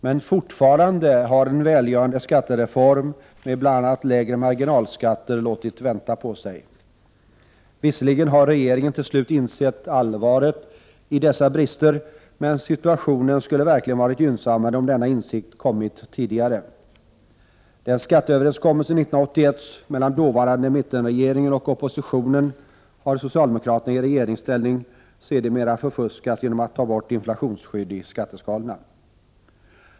Men en välgörande skattereform med bl.a. lägre marginalskatter har låtit vänta på sig. Visserligen har regeringen till slut insett allvaret i dessa brister, men situationen skulle verkligen varit gynnsammare om denna insikt kommit tidigare. Skatteöverenskommelsen 1981 mellan dåvarande mittenregeringen och oppositionen har socialdemokraterna i regeringsställning sedermera förfuskat genom att ta bort inflationsskyddet i skatteskalorna!